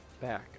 back